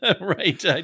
Right